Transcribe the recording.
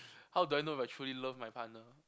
how do I know if I truly love my partner